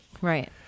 Right